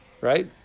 Right